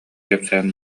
кэпсээн